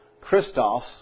Christos